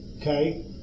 okay